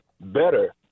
better